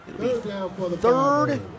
Third